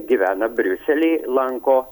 gyvena briusely lanko